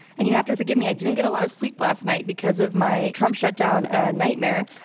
and you'll have to forgive me i didn't get a lot of sleep last night because of my trump shutdown ah nightmare.